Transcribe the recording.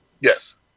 Yes